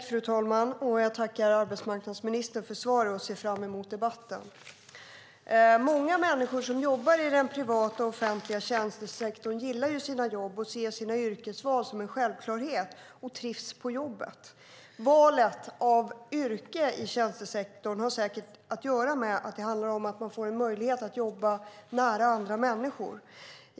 Fru talman! Jag tackar arbetsmarknadsministern för svaret och ser fram emot debatten. Många människor som jobbar i den privata och offentliga tjänstesektorn gillar sina jobb, ser sina yrkesval som en självklarhet och trivs på jobbet. Valet av yrke i tjänstesektorn har säkert att göra med att det handlar om att man får en möjlighet att jobba nära andra människor.